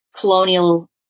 colonial